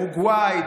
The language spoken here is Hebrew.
אורוגוואי,